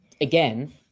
again